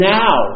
now